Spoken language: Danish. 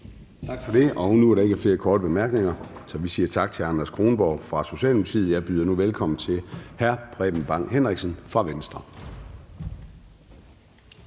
Tak for det. Der er ingen korte bemærkninger, så vi siger tak til hr. Anders Kronborg fra Socialdemokratiet. Jeg byder nu velkommen til hr. Preben Bang Henriksen fra Venstre.